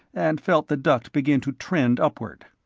and felt the duct begin to trend upward.